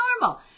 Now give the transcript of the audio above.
normal